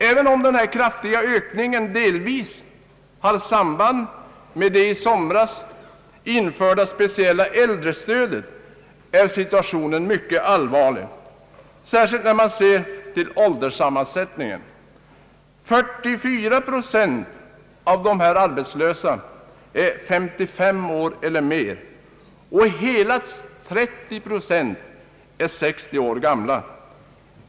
Även om den kraftiga ökningen delvis har samband med det i somras införda speciella äldrestödet är situationen mycket allvarlig, särskilt när man ser till ålderssammansättningen. 44 procent av de arbetslösa är 55 år eller mer. Hela 30 procent är över 60 år gamla.